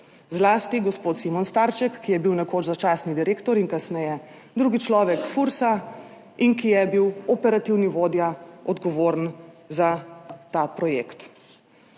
zlasti gospod Simon Starček, ki je bil nekoč začasni direktor in kasneje drugi človek Fursa in ki je bil operativni vodja, odgovoren za ta projekt,